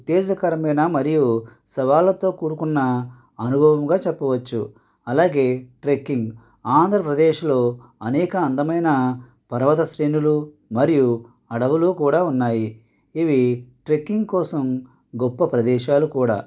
ఉత్తేజకరమైన మరియు సవాళ్ళతో కూడుకున్న అనుభవంగా చెప్పవచ్చు అలాగే ట్రెక్కింగ్ ఆంధ్రప్రదేశ్లో అనేక అందమైన పర్వత శ్రేణులు మరియు అడవులు కూడా ఉన్నాయి ఇవి ట్రెక్కింగ్ కోసం గొప్ప ప్రదేశాలు కూడా